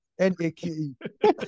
N-A-K-E